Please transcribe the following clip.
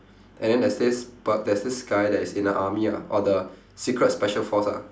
and then there's this p~ there's this guy that's in the army ah or the secret special force ah